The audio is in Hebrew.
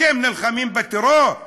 אתם נלחמים בטרור?